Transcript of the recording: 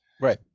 Right